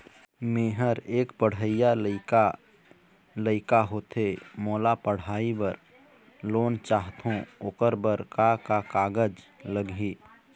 मेहर एक पढ़इया लइका लइका होथे मोला पढ़ई बर लोन चाहथों ओकर बर का का कागज लगही?